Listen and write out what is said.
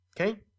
okay